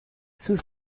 sus